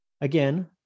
again